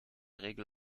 regel